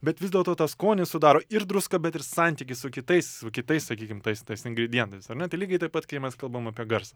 bet vis dėlto tą skonį sudaro ir druska bet ir santykis su kitais su kitais sakykim tais tais ingredientais ar ne tai lygiai taip pat kai mes kalbam apie garsą